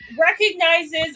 recognizes